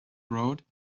wrote